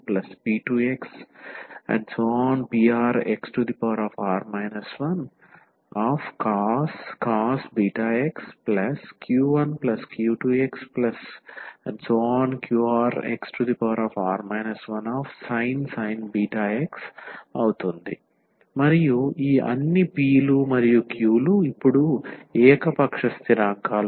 yeαxp1p2xprxr 1cos βx q1q2xqrxr 1sin βx మరియు ఈ అన్ని p లు మరియు q లు ఇప్పుడు ఏకపక్ష స్థిరాంకాలు